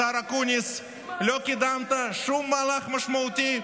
השר אקוניס, לא קידמת שום מהלך משמעותי.